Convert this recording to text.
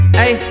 hey